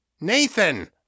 Nathan